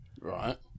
right